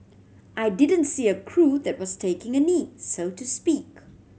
I didn't see a crew that was taking a knee so to speak